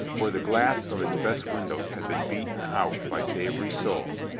for the glass of its best windows had been beaten out by savory souls,